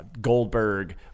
Goldberg